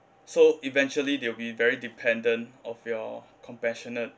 so eventually they'll be very dependent of your compassionate